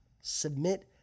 submit